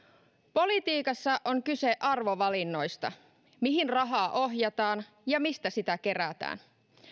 politiikassa on kyse arvovalinnoista mihin rahaa ohjataan ja mistä sitä kerätään